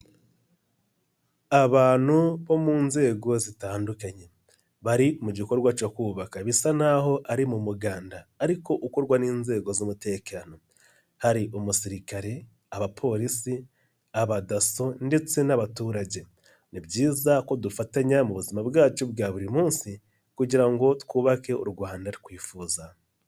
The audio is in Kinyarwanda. Abantu bo mu nzego zitandukanye. Bari mu gikorwa cyo kubaka. Bisa n'aho ari mu muganda ariko ukorwa n'inzego z'umutekano. Hari umusirikare, abapolisi, abadaso ndetse n'abaturage. Ni byiza ko dufatanya mu buzima bwacu bwa buri munsi kugira ngo twubake u Rwanda twifuza.